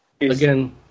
Again